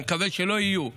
שאני מקווה שלא יהיו,